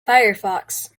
firefox